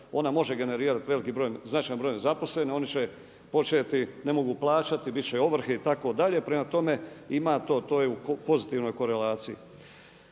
ona može generirati veliki broj značajan broj nezaposlenih. Oni će početi ne mogu plaćati, bit će ovrhe itd. prema tome to je u pozitivnoj korelaciji.